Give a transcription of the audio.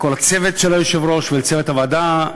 לכל הצוות של היושב-ראש ולצוות הוועדה.